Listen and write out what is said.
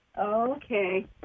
Okay